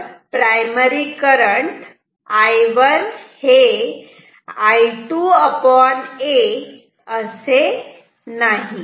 तर primary current I 1 I 2 a असे नाही